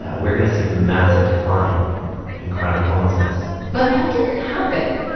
ah we're going to see a massive decline in chronic homelessness but that didn't happen.